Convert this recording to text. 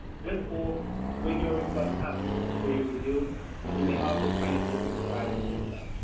this will bring your request up for your review, and you may also print it, should you desire to do so.